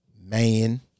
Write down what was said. Man